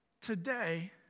today